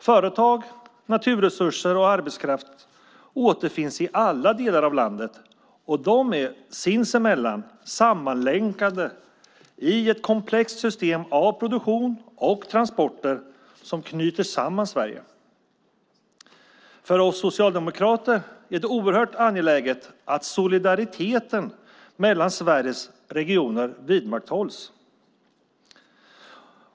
Företag, naturresurser och arbetskraft återfinns i alla delar av landet, och de är sinsemellan sammanlänkade i ett komplext system av produktion och transporter som knyter samman Sverige. För oss socialdemokrater är det oerhört angeläget att solidariteten mellan Sveriges regioner vidmakthålls.